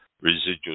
residual